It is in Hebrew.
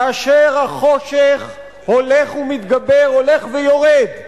כאשר החושך הולך ומתגבר, הולך ויורד,